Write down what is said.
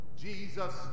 Jesus